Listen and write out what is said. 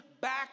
back